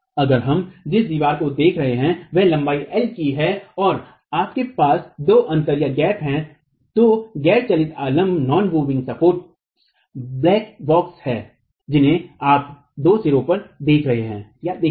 अगर हम जिस दीवार को देख रहे हैं वह लंबाई L की है और हमारे पास दो अंतरगैप हैं तो गैर चलित आलम्ब ब्लैक बॉक्स हैं जिन्हें आप दो सिरों पर देखते हैं